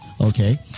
okay